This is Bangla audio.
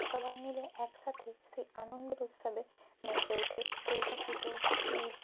সবাই মিলে একসাথে সেই আনন্দের উৎসবে মেতে ওঠে দুর্গা পুজো ঈদ